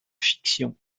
fiction